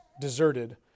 deserted